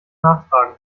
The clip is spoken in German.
nachtragen